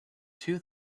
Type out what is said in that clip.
two